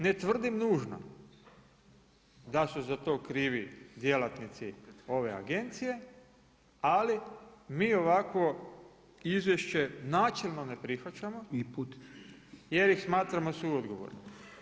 Ne tvrdim nužno da su za to krivi djelatnici ove agencije ali mi ovako izvješće načelno ne prihvaćamo jer ih smatramo suodgovornim.